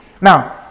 Now